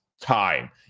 time